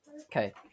Okay